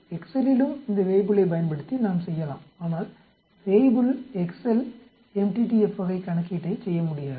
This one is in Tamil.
எக்செல்லிலும் இந்த வேய்புலைப் பயன்படுத்தி நாம் செய்யலாம் ஆனால் வேய்புல் எக்செல் MTTF வகை கணக்கீட்டைச் செய்ய முடியாது